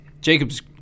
Jacob's